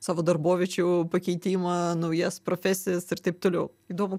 savo darboviečių pakeitimą naujas profesijas ir taip toliau įdomu